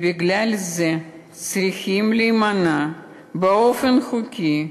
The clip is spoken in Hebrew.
בגלל זה צריכים למנוע באופן חוקי,